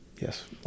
yes